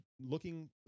looking